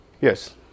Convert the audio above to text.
Yes